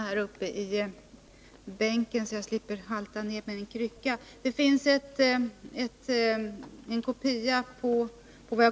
Herr talman!